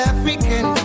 African